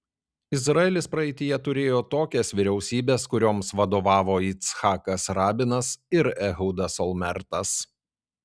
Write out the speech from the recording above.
izraelis praeityje turėjo tokias vyriausybes kurioms vadovavo yitzhakas rabinas ir ehudas olmertas